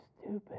stupid